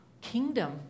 kingdom